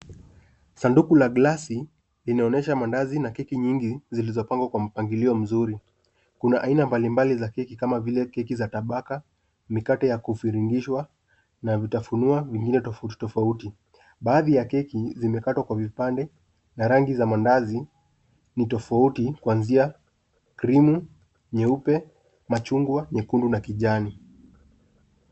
Sanduku la glasi inaonyesha mandazi na keki nyingi zilizopangwa kwa mpangilio mzuri. Kuna aina mbalimbali za keki kama vile keki za tabaka, mikate ya kufiringishwa na vitafunwa vingine tofauti tofauti. Baadhi ya keki zimekatwa kwa vipande na rangi za mandazi ni tofauti kuanzia krimu, nyeupe, machungwa, nyekundu na kijani.